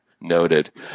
noted